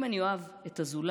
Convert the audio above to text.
אם אני אוהב את הזולת